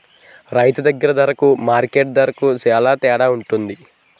రైతు దగ్గర దరకు మార్కెట్టు దరకు సేల తేడవుంటది